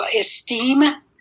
esteem